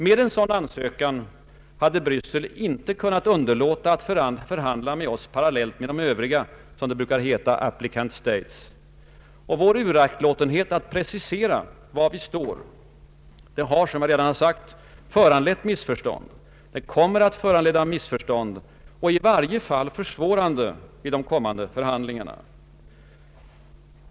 Med en sådan ansökan hade Bryssel inte kunnat underlåta att förhandla med oss parallellt med de övriga — som det brukar heta — ”applicant states”. Vår uraktlåtenhet att precisera var vi står har — som jag redan sagt — föranlett missförstånd, kommer att föranleda missförstånd och kommer i varje fall att verka försvårande vid de kommande förhandlingarna.